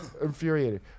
infuriated